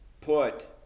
put